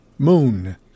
Moon